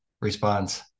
Response